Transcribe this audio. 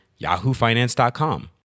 yahoofinance.com